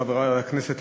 חברי הכנסת,